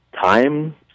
time